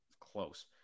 Close